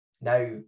Now